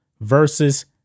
versus